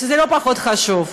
שזה לא פחות חשוב.